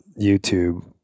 youtube